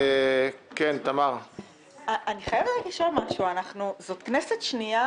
זו כנסת שנייה